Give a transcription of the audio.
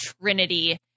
trinity